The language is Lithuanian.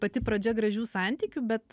pati pradžia gražių santykių bet